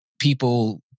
people